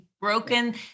broken